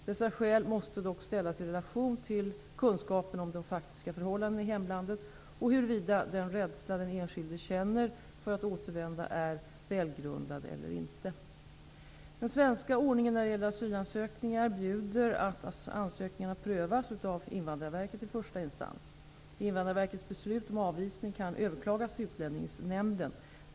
Dessa skäl måste dock ställas i relation till kunskapen om de faktiska förhållandena i hemlandet och huruvida den rädsla den enskilde känner för att återvända är välgrundad eller inte. Den svenska ordningen när det gäller asylansökningar bjuder att ansökningar prövas av Invandrarverket i första instans. Invandrarverkets beslut om avvisning kan överklagas till Utlänningsnämnden.